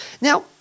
Now